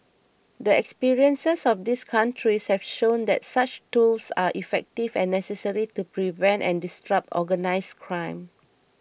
the experiences of these countries have shown that such tools are effective and necessary to prevent and disrupt organised crime